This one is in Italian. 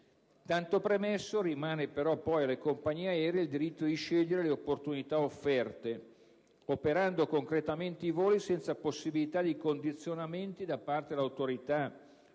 Tanto premesso, rimane però alle compagnie aeree la scelta delle opportunità offerte operando concretamente i voli, senza possibilità di condizionamenti da parte delle autorità,